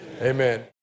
amen